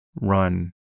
run